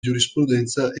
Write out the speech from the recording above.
giurisprudenza